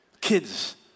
Kids